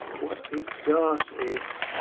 what it does is,